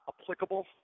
applicable